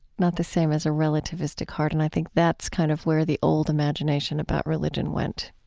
not the same as a relativistic heart. and i think that's kind of where the old imagination about religion went